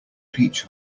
peach